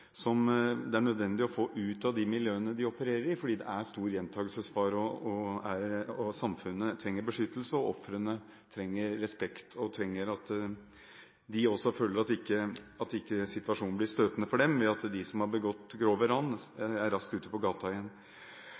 som det er nødvendig å få ut av de miljøene de opererer i, fordi det er stor gjentakelsesfare. Samfunnet trenger beskyttelse, og ofrene trenger respekt. De trenger også å føle at situasjonen ikke blir støtende for dem ved at de som har begått grove ran, raskt er ute på gaten